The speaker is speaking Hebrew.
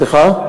סליחה?